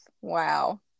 Wow